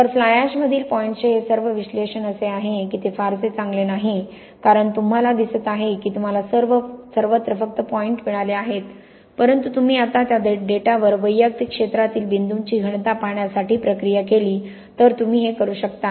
तर फ्लाय अॅशमधील पॉइंट्सचे हे सर्व विश्लेषण असे आहे की ते फारसे चांगले नाही कारण तुम्हाला दिसत आहे की तुम्हाला सर्वत्र फक्त पॉइंट मिळाले आहेत परंतु तुम्ही आता त्या डेटावर वैयक्तिक क्षेत्रातील बिंदूंची घनता पाहण्यासाठी प्रक्रिया केली तर तुम्ही हे करू शकता